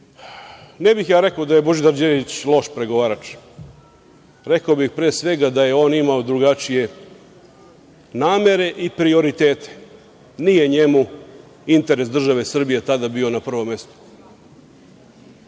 bih ja rekao da je Božidar Đelić loš pregovarač. Rekao bih pre svega da je on imao drugačije namere i prioritete. Nije njemu interes države Srbije tada bio na prvom mestu.